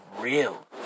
real